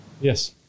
Yes